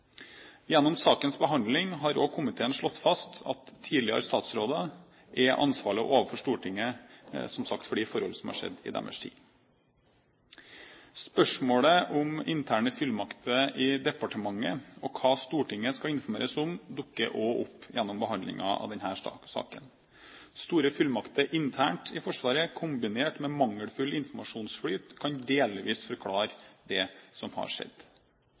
Gjennom sakens behandling har også komiteen slått fast at tidligere statsråder er ansvarlige overfor Stortinget – som sagt for de forhold som er skjedd i deres tid. Spørsmålet om interne fullmakter i departementet og hva Stortinget skal informeres om, dukker også opp gjennom behandlingen av denne saken. Store fullmakter internt i Forsvaret kombinert med mangelfull informasjonsflyt kan delvis forklare det som har skjedd.